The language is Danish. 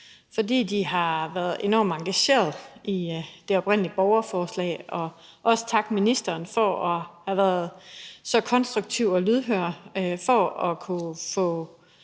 fordi de har været enormt engagerede i det oprindelige borgerforslag, og jeg vil også takke ministeren for at have været så konstruktiv og lydhør over for at kunne få